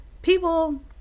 People